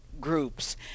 groups